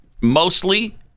mostly